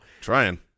trying